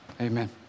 amen